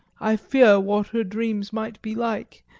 i fear what her dreams might be like,